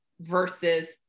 versus